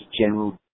general